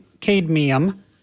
cadmium